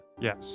Yes